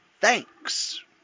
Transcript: thanks